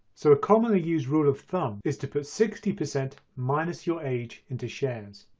so a commonly used rule of thumb is to put sixty percent minus your age into shares.